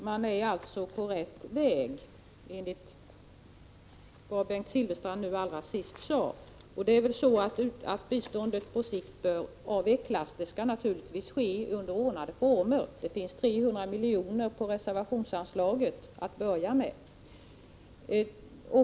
Herr talman! Enligt vad Bengt Silfverstrand senast sade är man alltså på rätt väg. Det är väl så att biståndet på sikt bör avvecklas, men det skall naturligtvis ske i ordnade former. Det finns 300 milj.kr. på reservationsanslaget att börja med.